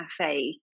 cafe